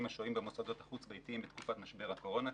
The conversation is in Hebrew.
השוהים במוסדות החוץ-ביתיים בתקופת משבר הקורונה.